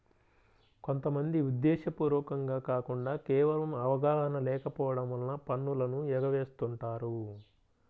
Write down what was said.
కొంత మంది ఉద్దేశ్యపూర్వకంగా కాకుండా కేవలం అవగాహన లేకపోవడం వలన పన్నులను ఎగవేస్తుంటారు